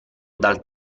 dal